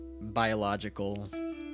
biological